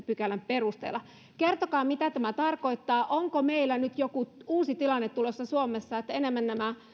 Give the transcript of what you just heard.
pykälän perusteella kertokaa mitä tämä tarkoittaa onko meillä nyt joku uusi tilanne tulossa suomessa että enemmän nämä